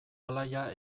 alaia